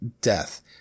death